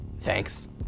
Thanks